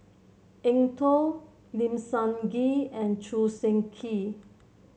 Eng Tow Lim Sun Gee and Choo Seng Quee